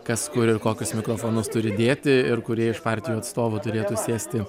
kas kur ir kokius mikrofonus turi dėti ir kurie iš partijų atstovų turėtų sėsti